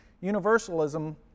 Universalism